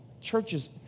churches